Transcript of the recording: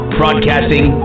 broadcasting